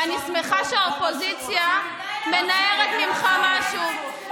ואני שמחה שהאופוזיציה מנערת ממך משהו.